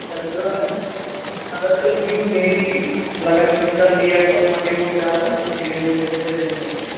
تَمہِ برٛونٛہہ اگر تُہۍ یِیِو میے بی لگان چھُ کُنہِ ساتہٕ لیٹ پَتہٕ ما پٮ۪وٕ پرٛارُن سُہ چیٖز تھٲوِزیٚو تُہۍ ذہنَس منٛز